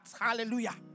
Hallelujah